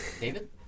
David